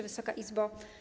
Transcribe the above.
Wysoka Izbo!